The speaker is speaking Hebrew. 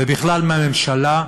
ובכלל מהממשלה,